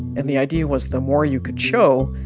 and the idea was the more you could show,